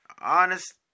Honest